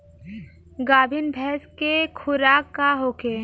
गाभिन भैंस के खुराक का होखे?